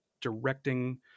directing